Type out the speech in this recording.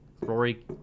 Rory